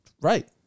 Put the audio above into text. Right